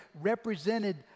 represented